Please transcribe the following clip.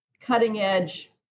cutting-edge